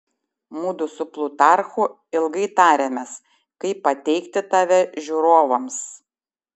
mudu su plutarchu ilgai tarėmės kaip pateikti tave žiūrovams